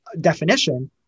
definition